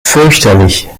fürchterlich